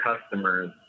customers